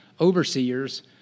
overseers